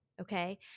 Okay